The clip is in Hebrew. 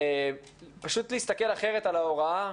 פשוט להסתכל אחרת על ההוראה.